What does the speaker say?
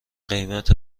قیمت